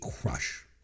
crush